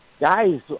guys